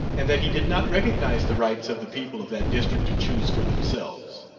and that he did not recognize the rights of the people of that district to choose for themselves.